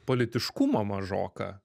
politiškumo mažoka